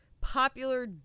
popular